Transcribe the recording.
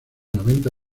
noventa